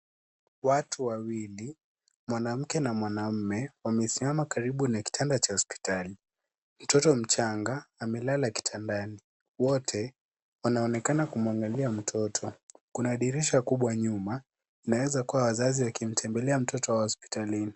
Watu wawili, mwanamke na mwanaume, wamesimama karibu na kitanda cha hospitali. Mtoto mchanga amelala kitandani. Wote wanaonekana kumwangalia mtoto. Kuna dirisha kubwa nyuma. Inaweza kuwa wazazi wakimtembelea mtoto wao hospitalini.